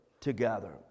together